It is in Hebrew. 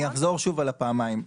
אני אחזור שוב על הפעמיים.